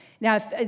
Now